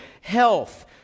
health